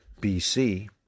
BC